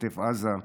עוטף עזה,